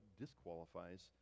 disqualifies